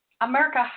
America